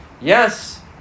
Yes